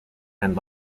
and